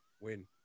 win